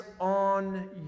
on